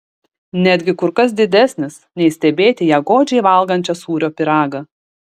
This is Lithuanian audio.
netgi kur kas didesnis nei stebėti ją godžiai valgančią sūrio pyragą